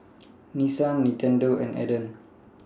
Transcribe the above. Nissan Nintendo and Aden